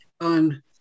on